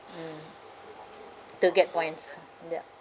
mm to get points ya